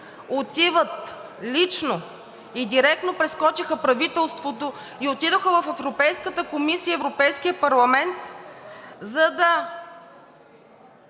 отиват лично и директно – прескочиха правителството, и отидоха в Европейската комисия и в Европейския парламент, за да